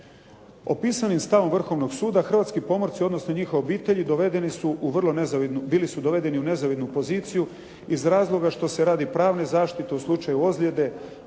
Opisanim stavom Vrhovnog suda, hrvatski pomorci, odnosno njihove obitelji bili su dovedeni u nezavidnu poziciju iz razloga što se radi pravne zaštite u slučaju ozljede,